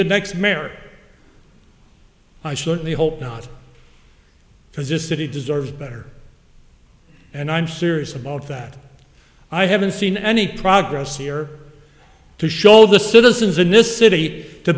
the next mayor i certainly hope not because this city deserves better and i'm serious about that i haven't seen any progress here to show the citizens in this city to